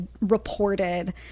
reported